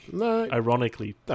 ironically